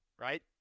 right